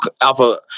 alpha